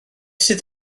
sydd